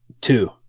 two